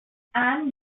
anne